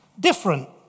different